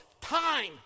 time